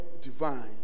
divine